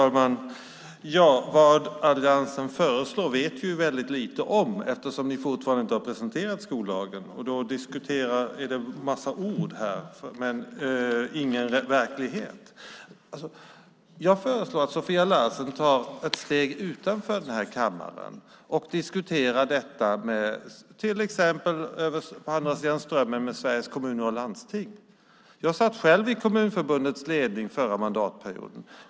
Fru talman! Vad alliansen föreslår vet vi väldigt lite om, eftersom ni fortfarande inte har presenterat skollagen. Det är en massa ord här, men ingen verklighet. Jag föreslår att Sofia Larsen tar ett steg utanför den här kammaren och diskuterar detta med till exempel Sveriges Kommuner och Landsting på andra sidan Strömmen. Jag satt själv i Kommunförbundets ledning förra mandatperioden.